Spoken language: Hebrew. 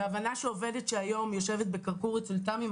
בהבנה שעובדת שהיום יושבת בכרכור אצל תמי,